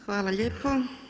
Hvala lijepo.